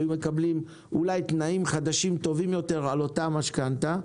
היו מקבלים אולי תנאים חדשים טובים יותר על אותה משכנתא,